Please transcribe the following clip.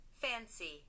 fancy